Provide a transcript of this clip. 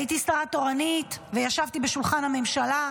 הייתי שרה תורנית וישבתי בשולחן הממשלה,